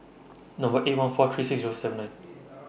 Number eight one four three six Zero seven nine